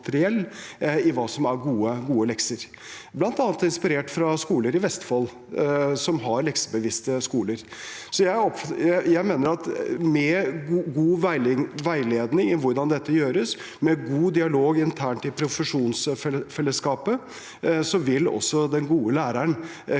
hva som er gode lekser, bl.a. inspirert av skoler i Vestfold, som har leksebevisste skoler. Jeg mener at med god veiledning i hvordan dette gjøres, og med god dialog internt i profesjonsfellesskapet vil også den gode læreren